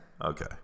Okay